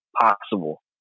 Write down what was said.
Possible